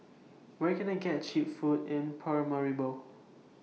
Where Can I get Cheap Food in Paramaribo